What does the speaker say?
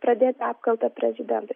pradėt apkaltą prezidentui